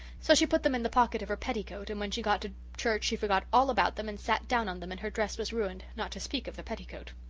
so she put them in the pocket of her petticoat and when she got to church she forgot all about them and sat down on them and her dress was ruined, not to speak of the petticoat.